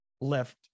left